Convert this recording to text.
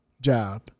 job